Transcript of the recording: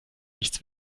nichts